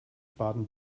baden